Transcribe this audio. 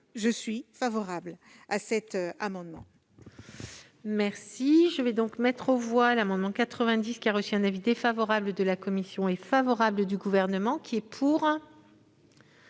Je suis favorable à cet amendement.